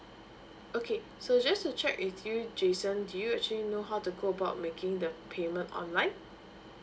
okay so just to check with you jason do you actually know how to go about making the payment online